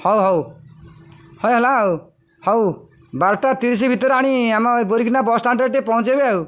ହଉ ହଉ ହ ହେଲା ଆଉ ହଉ ବାରଟା ତିରିଶି ଭିତରେ ଆଣି ଆମ ଏ ବୋରିକିନା ବସ୍ ଷ୍ଟାଣ୍ଡରେ ଟିକେ ପହଞ୍ଚାଇବେ ଆଉ